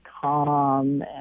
calm